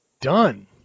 done